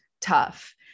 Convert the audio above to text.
tough